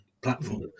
platform